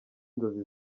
inzozi